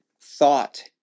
thought